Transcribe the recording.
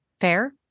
fair